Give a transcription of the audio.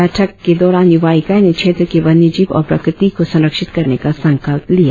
बैठक के दौरान युवा इकाई ने क्षेत्र के वन्यजीव और प्रकृति को संरक्षित करने का संकल्प लिया